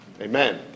Amen